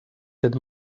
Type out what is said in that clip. that